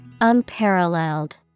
Unparalleled